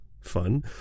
fun